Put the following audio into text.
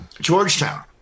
Georgetown